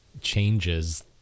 changes